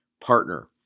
Partner